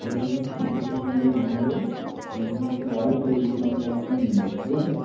সন্ধের দিক করে ফোন করে ইলিশ মাছটা পাওয়া গেলে তাহলে ইলিশ মাছটার অর্ডার নিয়ে নেবো ঠিক আছে